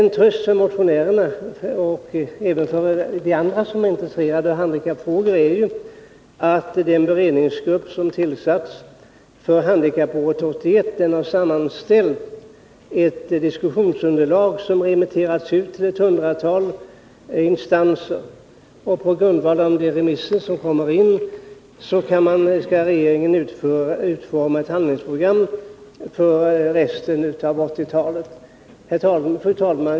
En tröst för motionärerna, och även för andra som är intresserade av handikappfrågor, är ju att den beredningsgrupp som tillsatts för handikappåret 1981 sammanställt ett diskussionsunderlag, som gått ut på remiss till ett hundratal instanser. På grundval av de remissvar som kommer in skall regeringen utforma ett handlingsprogram för resten av 1980-talet. Fru talman!